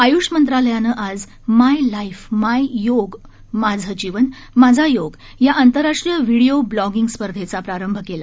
आयूष मंत्रालयाने आज my life my yoga माझं जीवन माझा योग या आंतरराष्ट्रीय व्हिडीओ ब्लॉगिंग स्पर्धेचा प्रारंभ केला